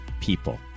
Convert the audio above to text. people